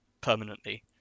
permanently